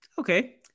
Okay